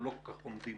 אנחנו לא כל כך עומדים